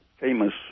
famous